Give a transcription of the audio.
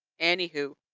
Anywho